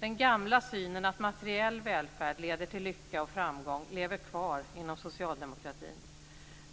Den gamla synen att materiell välfärd leder till lycka och framgång lever kvar inom socialdemokratin.